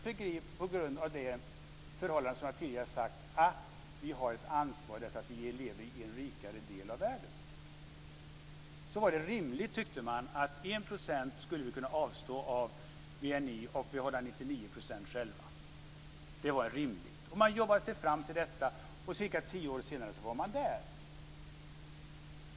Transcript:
Det var just på grund av det förhållande jag tidigare nämnt, nämligen att vi har ett ansvar därför att vi lever i en rikare del av världen. Man tyckte att det var rimligt att vi skulle avstå 1 % av BNI och behålla 99 % själva. Det var rimligt. Man jobbade sig fram mot målet, och cirka tio år senare var man där.